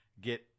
get